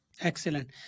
Excellent